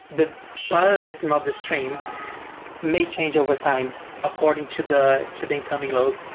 the parallelism of the stream may change overtime according to the to the incoming load.